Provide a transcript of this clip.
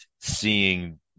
seeing